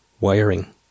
wiring